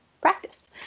practice